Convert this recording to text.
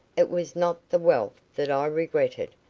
it was not the wealth that i regretted,